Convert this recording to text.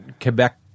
Quebec